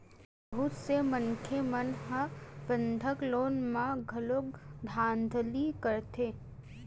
बहुत से मनखे मन ह बंधक लोन म घलो धांधली करथे